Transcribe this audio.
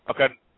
Okay